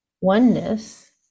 oneness